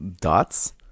dots